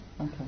Okay